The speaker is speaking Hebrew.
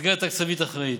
למסגרת תקציבית אחראית.